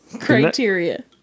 criteria